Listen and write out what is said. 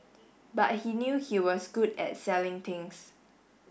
but he knew he was good at selling things